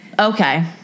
Okay